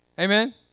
Amen